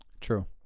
True